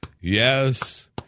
Yes